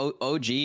OG